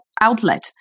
outlet